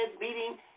meeting